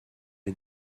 est